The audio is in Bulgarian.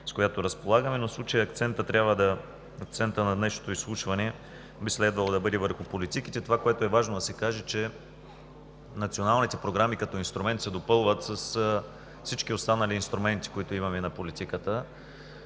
с която разполагаме, но в случая акцентът на днешното изслушване би следвало да бъде върху политиките. Това, което е важно да се каже е, че националните програми като инструмент се допълват с всички останали инструменти, които имаме на политиката.